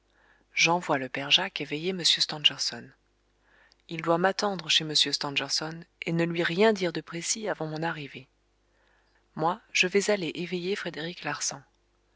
j'envoie le père jacques éveiller m stangerson il doit m'attendre chez m stangerson et ne lui rien dire de précis avant mon arrivée moi je vais aller éveiller frédéric larsan